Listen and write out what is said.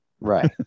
Right